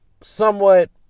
somewhat